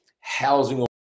housing